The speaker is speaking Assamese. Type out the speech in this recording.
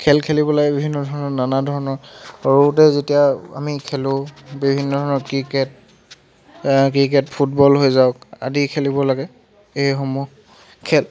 খেল খেলিব লাগে বিভিন্ন ধৰণৰ নানা ধৰণৰ সৰুতে যেতিয়া আমি খেলোঁ বিভিন্ন ধৰণৰ ক্ৰিকেট ক্ৰিকেট ফুটবল হৈ যাওক আদি খেলিব লাগে এইসমূহ খেল